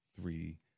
three